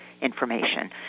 information